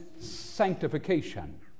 sanctification